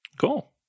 Cool